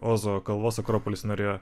ozo kalvos akropolis norėjo